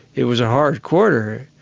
it was a harsh quarter.